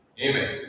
Amen